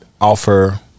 offer